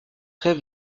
rêve